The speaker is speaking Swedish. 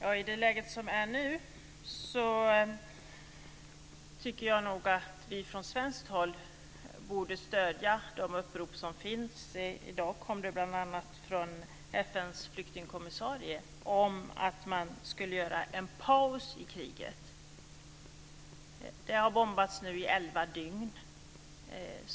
Fru talman! I nuvarande läge tycker jag nog att vi från svenskt håll borde stödja de upprop som finns. Ett sådant kom i dag från FN:s flyktingkommissarie om att man ska göra en paus i kriget. Det har nu bombats i elva dygn.